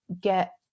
get